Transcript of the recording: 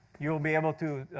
you'll be able to